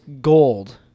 gold